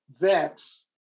vets